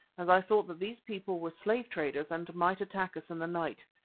as i thought that these people were slave-traders and might attack us in the night.